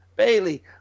Bailey